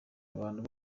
abantu